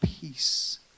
peace